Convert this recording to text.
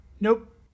nope